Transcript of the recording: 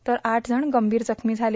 तर आठ जण गंभीर जखमी झाले